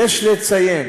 יש לציין